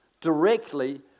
directly